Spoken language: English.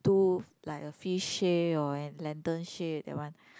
do like a fish shape or an lantern shape that one